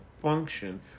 function